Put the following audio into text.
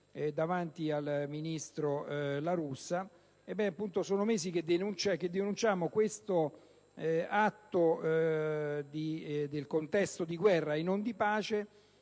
davanti al ministro La Russa. Sono mesi che denunciamo questa circostanza del contesto di guerra e non di pace